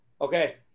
Okay